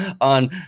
on